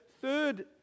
third